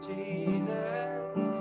Jesus